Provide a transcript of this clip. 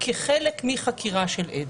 כחלק מחקירה של עד.